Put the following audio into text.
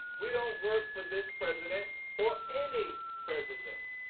we don't work for this president or any president.